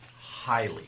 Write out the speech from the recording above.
highly